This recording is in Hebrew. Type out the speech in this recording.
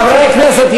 חברי הכנסת,